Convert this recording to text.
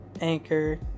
Anchor